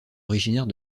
originaire